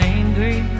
angry